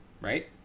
Right